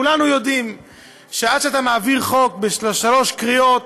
וכולנו יודעים שעד שאתה מעביר חוק בשלוש קריאות,